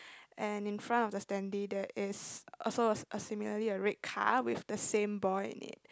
and in front of the standee there is also a a similarly a red car with the same boy in it